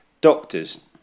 doctors